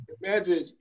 imagine